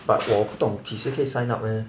but 我不懂几时可以 sign up leh